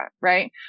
right